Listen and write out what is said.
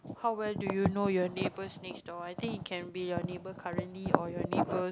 how well do you know your neighbours next door I think it can be your neighbours currently or your neighbours